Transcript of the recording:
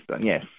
Yes